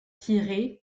tirés